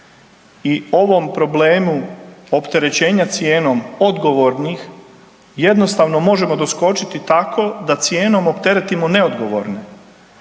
i ovom problemu opterećenja cijenom odgovornih jednostavno možemo doskočiti tako da cijenom opteretimo neodgovorne.